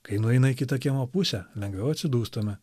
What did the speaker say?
kai nueina į kitą kiemo pusę lengviau atsidūstame